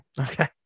okay